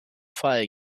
fall